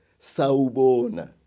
saubona